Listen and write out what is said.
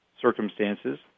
circumstances